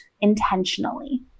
intentionally